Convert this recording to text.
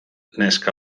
neska